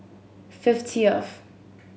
fifteenth